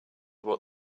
what